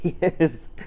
yes